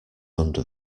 under